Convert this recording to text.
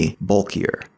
bulkier